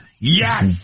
Yes